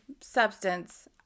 substance